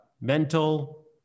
Mental